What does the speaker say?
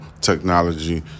technology